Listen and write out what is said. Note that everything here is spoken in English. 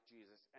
Jesus